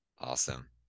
Awesome